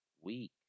week